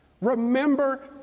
Remember